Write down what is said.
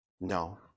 no